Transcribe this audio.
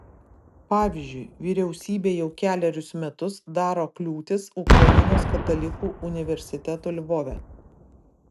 pavyzdžiui vyriausybė jau kelerius metus daro kliūtis ukrainos katalikų universitetui lvove